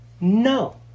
No